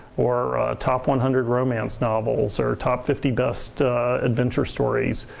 or, top one hundred romance novels, or top fifty best adventure stories.